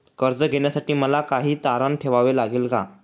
कर्ज घेण्यासाठी मला काही तारण ठेवावे लागेल का?